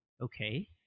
okay